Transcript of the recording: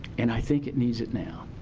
and i think it needs it now.